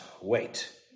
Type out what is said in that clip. wait